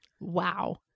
Wow